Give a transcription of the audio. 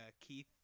Keith